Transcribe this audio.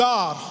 God